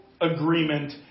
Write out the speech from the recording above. agreement